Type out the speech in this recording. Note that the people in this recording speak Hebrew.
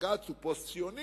בג"ץ הוא פוסט-ציוני,